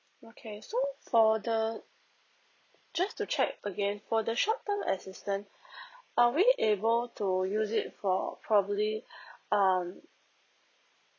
okay so for the just to check again for the short term assistant are we able to use it for probably um